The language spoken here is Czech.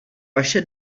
vaše